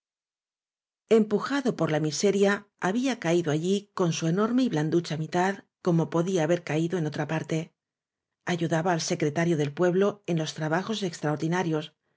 empujado por la miseria había caído allí con su enorme y blanducha mitad como podía haber caído en otra parte ayudaba al secreta rio del pueblo en los trabajos extraordinarios